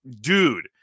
dude